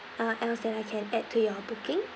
uh else that I can add to your booking